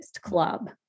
club